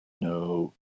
no